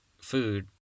food